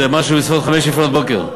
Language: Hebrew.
זה משהו עשרים לחמש לפנות בוקר.